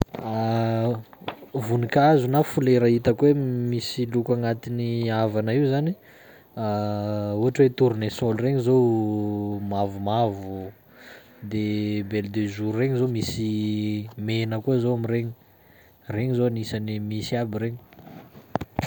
Voninkazo na folera hitako hoe misy loko agnatin'ny avana io zany: ohatry hoe tournesol regny zao mavomavo de belle de jour regny zao misy mena koa zao amiregny, regny zao anisany misy aby regny.